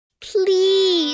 Please